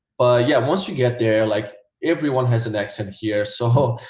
yeah once you get there like everyone has an accent here so